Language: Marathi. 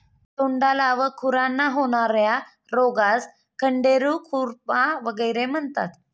तोंडाला व खुरांना होणार्या रोगास खंडेरू, खुरपा वगैरे म्हणतात